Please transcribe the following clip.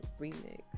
remix